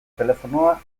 telefonoa